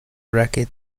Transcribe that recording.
racket